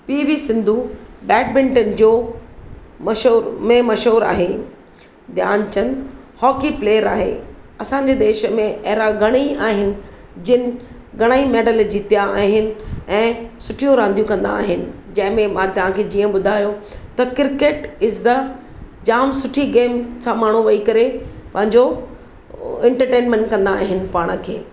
PV Sindhu बेडमिन्टनि जो मशहूर में मशहूर आहे ध्यानचंद हॉकी प्लेयर आहे असांजे देश में अहिड़ा घणाई आहिनि जिनि घणाई मेडल जीतिया आहिनि ऐं सुठियूं रांदियूं कंदा आहिनि जंहिं में मां तव्हां खे ॿुधायो त क्रिकेट इज़ ध जामु सुठी गेम सां माण्हू वही करे पंहिंजो इंटरटेनमेंट कंदा आहिनि पाण खे